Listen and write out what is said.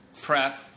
Prep